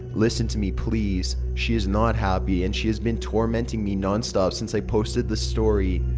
listen to me please. she is not happy, and she has been tormenting me nonstop since i posted the story.